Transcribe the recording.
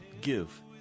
give